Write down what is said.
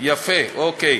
יפה, אוקיי.